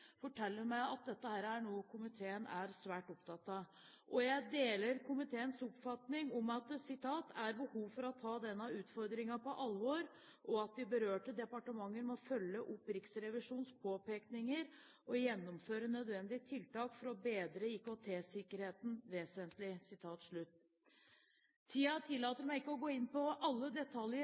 forteller meg at dette er noe komiteen er svært opptatt av. Jeg deler komiteens oppfatning om «behovet for at denne utfordringen tas på alvor og at de berørte departementer følger opp Riksrevisjonens påpekninger og gjennomfører nødvendige tiltak for å bedre IKT-sikkerheten vesentlig». Tiden tillater ikke at jeg går inn på alle detaljer,